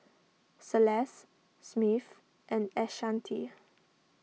Celeste Smith and Ashanti